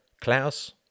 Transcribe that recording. Klaus